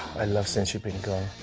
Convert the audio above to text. i love since you've been gone.